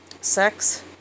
sex